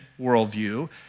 worldview